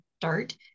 start